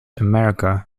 america